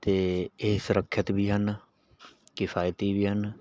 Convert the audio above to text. ਅਤੇ ਇਹ ਸੁਰੱਖਿਅਤ ਵੀ ਹਨ ਕਿਫਾਇਤੀ ਵੀ ਹਨ